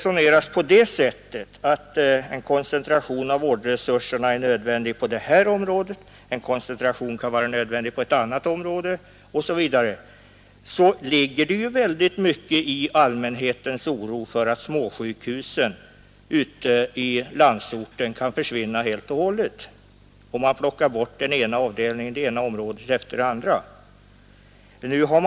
Om det hävdas att en koncentration av vårdresurserna är nödvändig på det här området kan på liknande grunder påstås att en koncentration är nödvändig på något annat område. Man kan mycket väl förstå allmänhetens oro för att småsjukhusen ute i landsorten kan försvinna helt och hållet, när den ena avdelningen efter den andra plockas bort.